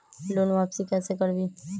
Loan वापसी कैसे करबी?